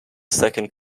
second